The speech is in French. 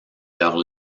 leur